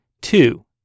two